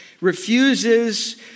refuses